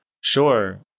sure